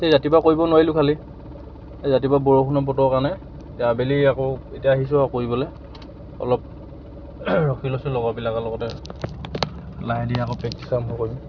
আজি ৰাতিপুৱা কৰিব নোৱাৰিলোঁ খালি আজি ৰাতিপুৱা বৰষুণৰ বতৰ কাৰণে এতিয়া আবেলি আকৌ এতিয়া আহিছোঁ আকৌ কৰিবলৈ অলপ ৰখি লৈছোঁ লগৰবিলাকৰ লগতে লাহে ধিৰে আকৌ প্ৰেক্টিচ আৰম্ভ কৰিম